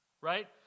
right